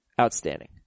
Outstanding